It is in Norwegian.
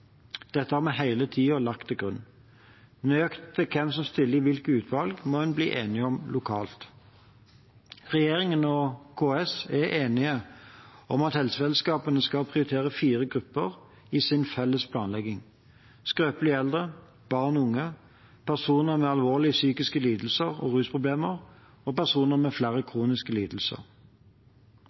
Dette har vi hele tiden lagt til grunn. Nøyaktig hvem som stiller i hvilke utvalg, må en bli enig om lokalt. Regjeringen og KS er enige om at helsefellesskapene skal prioritere fire grupper i sin felles planlegging: skrøpelige eldre, barn og unge, personer med alvorlige psykiske lidelser og rusproblemer og personer med flere kroniske lidelser.